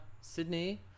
sydney